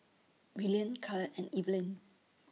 Willian Kael and Evalyn